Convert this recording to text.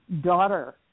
daughter